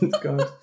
God